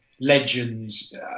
legends